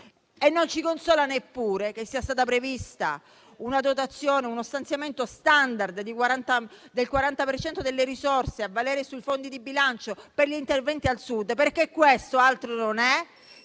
Non ci consola neppure che sia stato previsto uno stanziamento *standard* del 40 per cento delle risorse a valere sui fondi di bilancio per gli interventi al Sud, perché questa non è